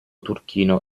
turchino